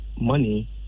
money